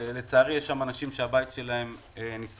לצערי, יש שם אנשים שהבית שלהם נשרף.